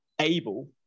able